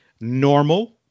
normal